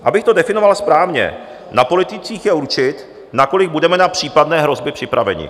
Abych to definoval správně, na politicích je určit, na kolik budeme na případné hrozby připraveni.